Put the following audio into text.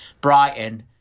Brighton